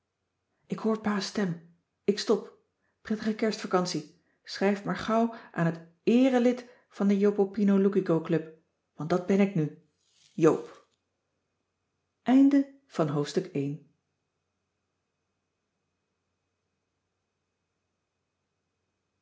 ik hoor pa's stem ik stop prettige kerstvacantie schrijf maar gauw aan het eere lid van de jopopinoloukicoclub want dat ben ik nu joop